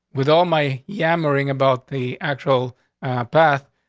with all my yammering about the actual path,